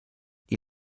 die